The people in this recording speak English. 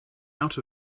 out